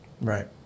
Right